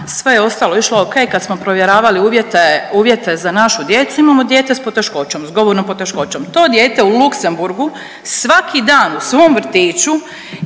sve je ostalo išlo ok, kad smo provjeravali uvjete, uvjete za našu djecu, imamo dijete s poteškoćom, s govornom poteškoćom, to dijete svaki dan u Luxembourgu svaki dan u svom vrtiću